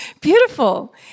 Beautiful